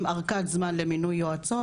עם ארכת זמן למינוי יועצות.